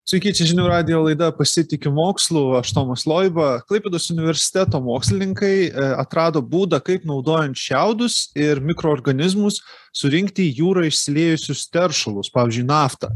sveiki čia žinių radijo laida pasitikiu mokslu aš tomas loiba klaipėdos universiteto mokslininkai atrado būdą kaip naudojant šiaudus ir mikroorganizmus surinkti į jūrą išsiliejusius teršalus pavyzdžiui naftą